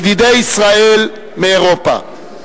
ידידי ישראל מאירופה.